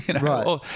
Right